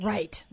Right